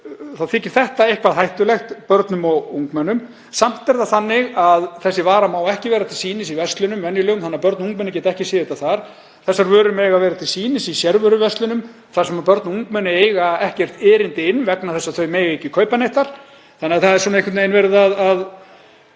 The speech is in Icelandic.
þykir eitthvað hættulegt börnum og ungmennum. Samt er það þannig að þessi vara má ekki vera til sýnis í venjulegum verslunum þannig að börn og ungmenni geta ekki séð þetta þar. Þessar vörur mega vera til sýnis í sérvöruverslunum þar sem börn og ungmenni eiga ekkert erindi inn vegna þess að þau mega ekki kaupa neitt þar. Það er verið að